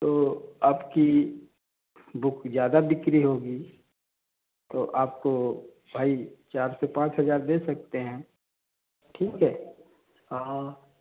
तो आपकी बुक ज़्यादा बिक्री होगी तो आपको भाई चार से पाँच हज़ार दे सकते हैं ठीक है हाँ